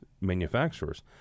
manufacturers